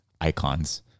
icons